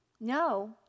No